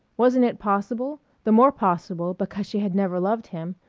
wasn't it possible, the more possible because she had never loved him,